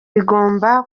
bigomba